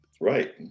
Right